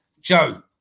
Joe